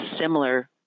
similar